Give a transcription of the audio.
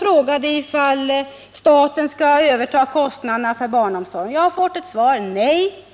frågade ifall staten skall överta kostnaderna för barnomsorgen, och jag har fått ett nej till svar.